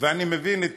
ואני מבין את